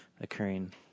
occurring